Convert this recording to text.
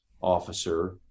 officer